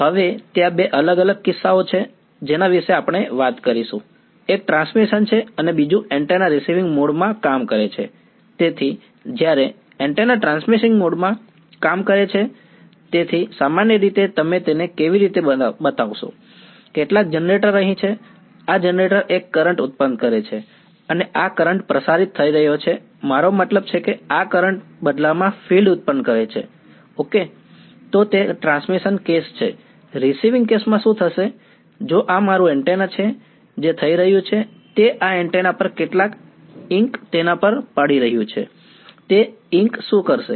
હવે ત્યાં બે અલગ અલગ કિસ્સાઓ છે જેના વિશે આપણે વાત કરીશું એક ટ્રાન્સમિશન માં શું થશે જો આ મારું એન્ટેના છે જે થઈ રહ્યું છે તે આ એન્ટેના પર કેટલાક Einc તેના પર પડી રહ્યું છે તે Einc શું કરશે